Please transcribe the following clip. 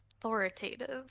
authoritative